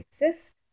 exist